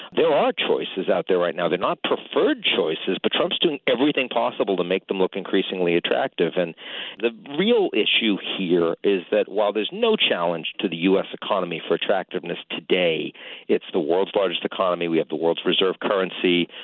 there are choices out there right now. they're not preferred choices, but trump's doing everything possible to make them look increasingly attractive. and the real issue here is that while there's no challenge to the u s. economy for attractiveness today it's the world's largest economy, we have the world's reserve currency,